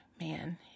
Man